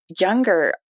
younger